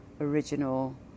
original